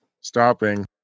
Stopping